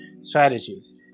strategies